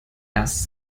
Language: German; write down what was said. erst